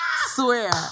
swear